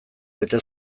bete